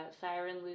Siren